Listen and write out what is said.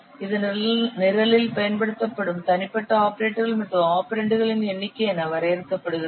இது நிரலில் பயன்படுத்தப்படும் தனிப்பட்ட ஆபரேட்டர்கள் மற்றும் ஆபரெண்டுகளின் எண்ணிக்கை என வரையறுக்கப்படுகிறது